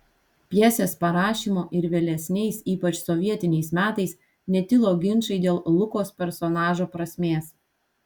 pjesės parašymo ir vėlesniais ypač sovietiniais metais netilo ginčai dėl lukos personažo prasmės